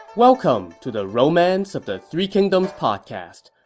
welcome to the romance of the three kingdoms podcast.